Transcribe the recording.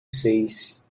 seis